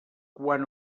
quan